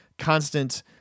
constant